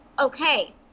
okay